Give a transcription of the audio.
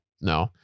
No